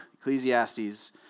Ecclesiastes